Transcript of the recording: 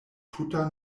tuta